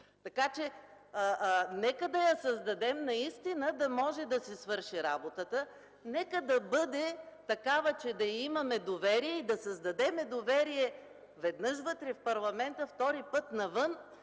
другото. Нека да я създадем и наистина да може да си свърши работата. Нека да бъде такава, че да й имаме доверие, да създадем доверие веднъж вътре в парламента, втори път – навън,